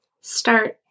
start